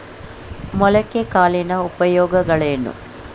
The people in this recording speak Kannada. ಮೊಳಕೆ ಕಾಳಿನ ಉಪಯೋಗಗಳೇನು?